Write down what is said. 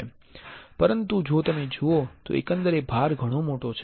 પરંતુ જો તમે જુઓ તો એકંદરે ભાર ઘણો મોટો છે